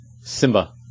Simba